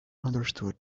understood